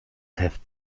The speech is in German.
heft